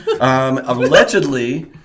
Allegedly